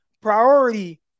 priority